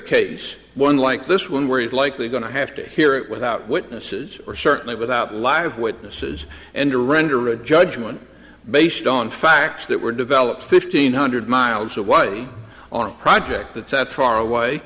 case one like this one where he's likely going to have to hear it without witnesses or certainly without live witnesses and to render a judgment based on facts that were developed fifteen hundred miles away on a project that's not far away